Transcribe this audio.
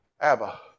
Abba